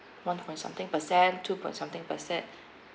one point something percent two point something percent